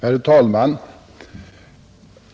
Herr talman!